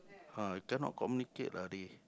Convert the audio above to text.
ah cannot communicate lah they